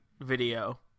video